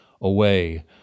away